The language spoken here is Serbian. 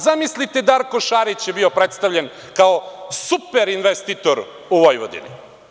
Zamislite, Darko Šarić je bio predstavljen kao super investitor u Vojvodini.